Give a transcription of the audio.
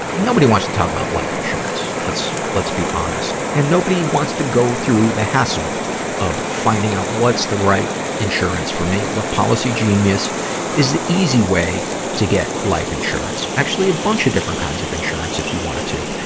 ah nobody wasn't to talk about life insurance. let's let's be honest. and nobody wants to go through the hassle of finding out what's the right insurance for me. well, policygenius is the easy way to get life insurance. actually, a bunch of different kinds of insurance, if you want to.